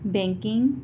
banking